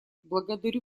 благодарю